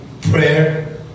prayer